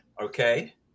okay